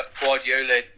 Guardiola